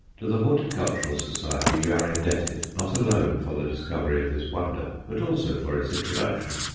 to the horticultural society we are indebted, not alone for the discovery of this wonder, but also for its introduction.